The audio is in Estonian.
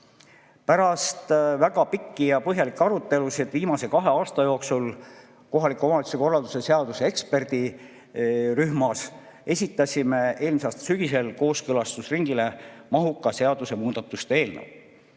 Pärast väga pikki ja põhjalikke arutelusid viimase kahe aasta jooksul kohaliku omavalitsuse korralduse seaduse eksperdirühmas esitasime eelmise aasta sügisel kooskõlastusringile mahuka seadusemuudatuste eelnõu.